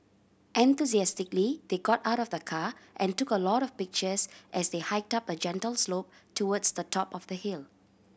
enthusiastically they got out of the car and took a lot of pictures as they hiked up a gentle slope towards the top of the hill